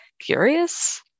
curious